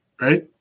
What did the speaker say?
right